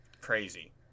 crazy